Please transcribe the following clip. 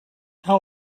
how